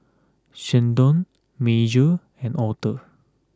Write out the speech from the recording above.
Sheldon Major and Author